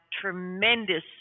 tremendous